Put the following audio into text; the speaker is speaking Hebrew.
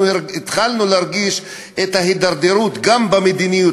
אנחנו התחלנו להרגיש את ההידרדרות גם במדיניות